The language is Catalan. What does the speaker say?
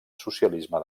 socialisme